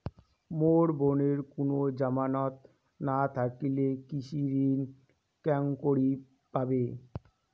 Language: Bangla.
মোর বোনের কুনো জামানত না থাকিলে কৃষি ঋণ কেঙকরি পাবে?